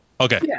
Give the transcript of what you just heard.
Okay